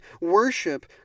worship